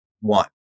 One